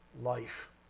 life